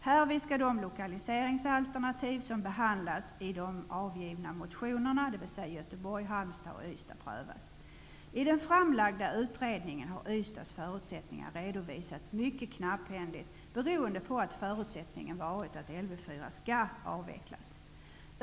Härvid skall de lokaliseringsalternativ som behandlas i de avgivna motionerna, dvs. Göteborg, Halmstad och Ystad, prövas. I den framlagda utredningen har Ystads förutsättningar redovisats mycket knapphändigt beroende på att förutsättningen varit att Lv 4 skall avvecklas.